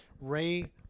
Ray